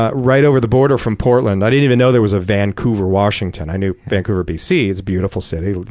ah right over the border from portland. i didn't even know there was a vancouver, washington. i know vancouver, bc. it's a beautiful city. like